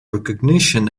recognition